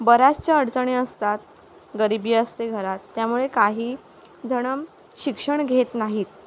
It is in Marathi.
बऱ्याचशा अडचणी असतात गरिबी असते घरात त्यामुळे काही जणं शिक्षण घेत नाहीत